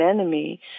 enemy